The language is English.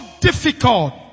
difficult